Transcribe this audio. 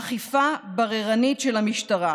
אכיפה בררנית של המשטרה.